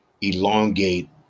elongate